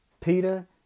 Peter